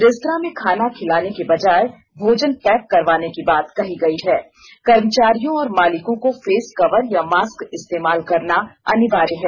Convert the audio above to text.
restaurant में खाना खिलाने के बजाय भोजन पैक करवाने की बात कही गयी है कर्मचारियों और मालिकों को फेस कवर या मास्क इस्तेमाल करना अनिवार्य है